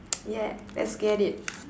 yeah let's get it